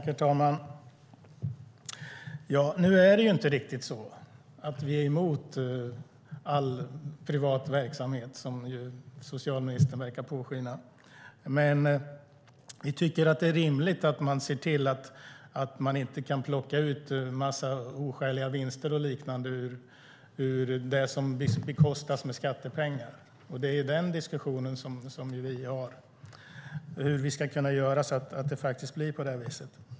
Herr talman! Nu är det inte riktigt så att vi är emot all privat verksamhet, som socialministern låter påskina. Vi tycker att det är rimligt att se till att man inte kan plocka ut oskäliga vinster ur det som finansieras med skattepengar. Det är den diskussionen vi för, hur vi ska göra så att det inte blir på det viset.